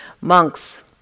Monks